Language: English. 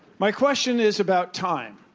my question is about time.